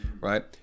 right